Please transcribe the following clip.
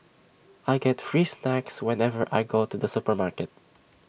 I get free snacks whenever I go to the supermarket